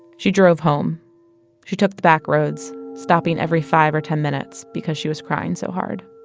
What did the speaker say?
she drove home she took the back roads, stopping every five or ten minutes because she was crying so hard